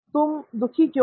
तुम दुखी क्यों हो